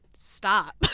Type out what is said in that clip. stop